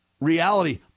reality